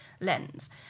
lens